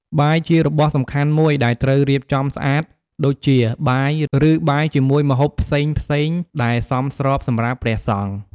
បាយជារបស់សំខាន់មួយដែលត្រូវរៀបចំស្អាត ដូចជា បាយ ឬបាយជាមួយម្ហូបផ្សេងៗដែលសមស្របសម្រាប់ព្រះសង្ឃ ។